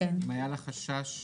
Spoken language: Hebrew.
אם היה לה חשש